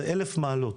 זה 1,000 מעלות.